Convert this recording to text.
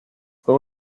fue